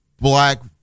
black